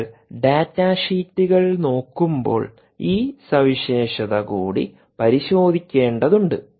നിങ്ങൾ ഡാറ്റ ഷീറ്റുകൾ നോക്കുമ്പോൾ ഈ സവിശേഷത കൂടി പരിശോധിക്കേണ്ടതുണ്ട്